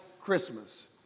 Christmas